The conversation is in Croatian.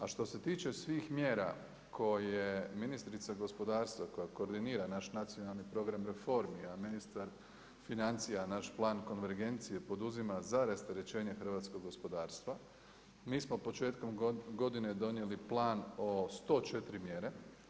A što se tiče svih mjera koje ministrica gospodarstva koja koordinira naš nacionalni program reformi, a ministar financija naš plan konvergencije poduzima za rasterećenje hrvatskog gospodarstva, mi smo početkom godine donijeli plan o 104 mjere.